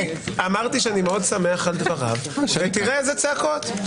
אמרתי שאני מאוד שמח על דבריו, ותראה איזה צעקות.